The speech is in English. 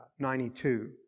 92